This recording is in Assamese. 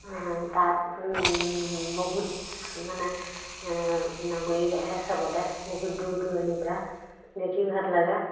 তাত বহুত মানে নাগৰিক আহে চাবলৈ বহুত দূৰ দূৰণিৰ পৰা দেখি ভাল লাগা